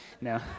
No